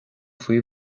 faoi